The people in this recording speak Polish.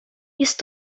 jest